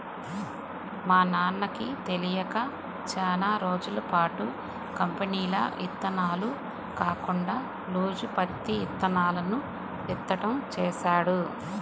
మా నాన్నకి తెలియక చానా రోజులపాటు కంపెనీల ఇత్తనాలు కాకుండా లూజు పత్తి ఇత్తనాలను విత్తడం చేశాడు